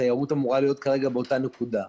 התיירות אמורה להיות כרגע באותה נקודה.